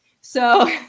So-